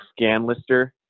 ScanLister